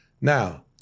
now